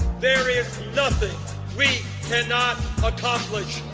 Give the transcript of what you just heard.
there is nothing we cannot accomplish.